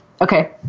Okay